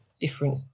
different